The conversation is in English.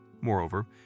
Moreover